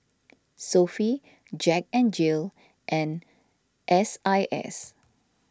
Sofy Jack N Jill and S I S